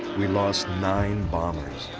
we lost nine bombers.